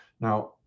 Now